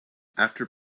after